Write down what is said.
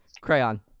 Crayon